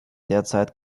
derzeit